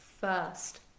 first